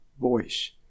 voice